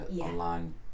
online